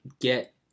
get